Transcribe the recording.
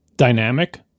dynamic